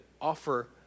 offer